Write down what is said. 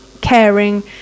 caring